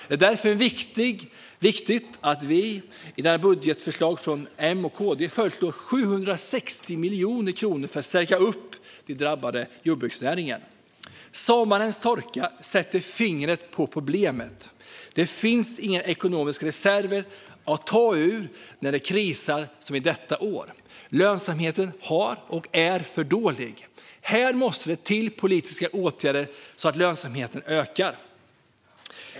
Det är därför av vikt att vi i budgeten från M och KD föreslår 760 miljoner kronor för att stärka den drabbade jordbruksnäringen. Sommarens torka sätter fingret på problemet. Det finns inga ekonomiska reserver att ta ur när det krisar som detta år. Lönsamheten är för dålig. Här måste det till politiska åtgärder, så att lönsamheten ökar.